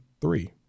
three